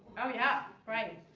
oh yeah! right!